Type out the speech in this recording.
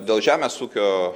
dėl žemės ūkio